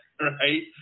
right